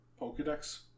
Pokedex